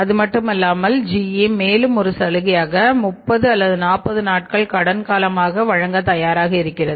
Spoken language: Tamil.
அதுமட்டுமல்லாமல் GE மேலும் ஒரு சலுகையாக 30 அல்லது40 நாட்கள் கடன் காலமாக வழங்க தயாராக இருக்கிறது